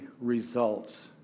results